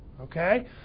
Okay